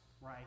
right